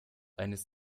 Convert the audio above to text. eines